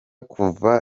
kuva